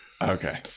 Okay